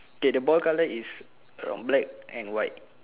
K the ball colour is from black and white